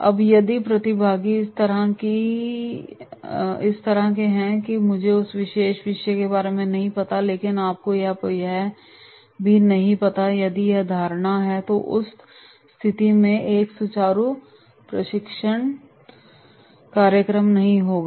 अब यदि प्रतिभागी इस तरह हैं कि मुझे उस विशेष विषय के बारे में नहीं पता है लेकिन आपको यह भी पता नहीं है यदि यह धारणा है तो उस स्थिति में भी एक सुचारू प्रशिक्षण कार्यक्रम नहीं होगा